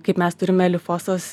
kaip mes turime lifosos